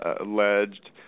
alleged